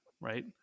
right